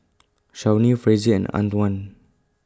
Shawnee Frazier and Antwan